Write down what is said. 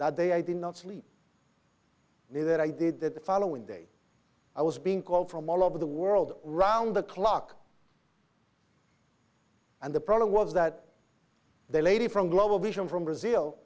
that day i did not sleep there that i did that the following day i was being called from all over the world round the clock and the problem was that the lady from global vision from brazil